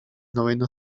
noveno